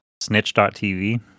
snitch.tv